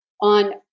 on